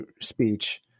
speech